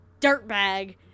dirtbag